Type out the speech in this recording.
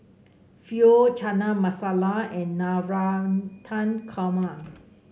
Pho Chana Masala and Navratan Korma